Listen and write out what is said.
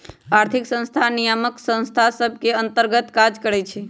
आर्थिक संस्थान नियामक संस्था सभ के अंतर्गत काज करइ छै